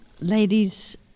ladies